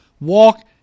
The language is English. walk